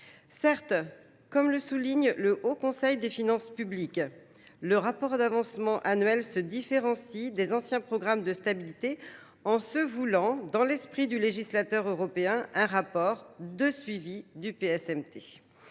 Certes, comme le souligne le Haut Conseil des finances publiques, le rapport d'avancement annuel se différencie des anciens programmes de stabilité en se voulant, dans l'esprit du législateur européen, un rapport de suivi du PSMT.